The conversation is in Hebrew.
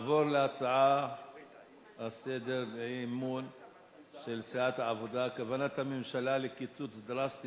נעבור להצעת אי-אמון של סיעת העבודה: כוונת הממשלה לקיצוץ דרסטי